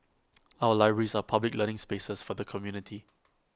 our libraries are public learning spaces for the community